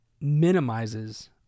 minimizes